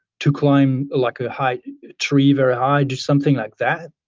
to climb a like ah high tree, very high, just something like that.